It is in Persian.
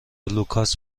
لوکاس